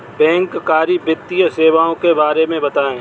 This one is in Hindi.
बैंककारी वित्तीय सेवाओं के बारे में बताएँ?